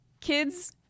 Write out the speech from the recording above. Kids